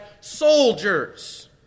soldiers